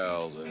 oh,